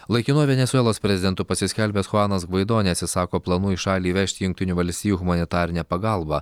laikinuoju venesuelos prezidentu pasiskelbęs chuanas gvaido neatsisako planų į šalį įvežti jungtinių valstijų humanitarinę pagalbą